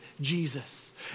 Jesus